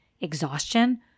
exhaustion